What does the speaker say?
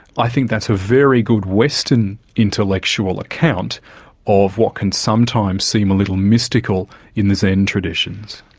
i think that's a very good western intellectual account of what can sometimes seem a little mystical in the zen traditions.